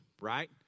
right